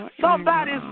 Somebody's